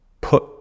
put